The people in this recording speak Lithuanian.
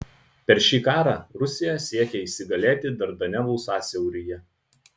per šį karą rusija siekė įsigalėti dardanelų sąsiauryje